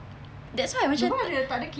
that's why macam tak